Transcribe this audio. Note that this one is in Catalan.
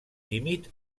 tímid